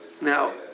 Now